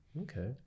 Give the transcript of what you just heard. okay